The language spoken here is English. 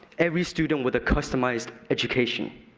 every student with a customized education.